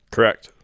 Correct